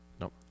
Nope